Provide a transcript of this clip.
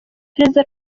prezida